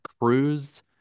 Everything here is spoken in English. cruised